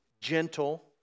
gentle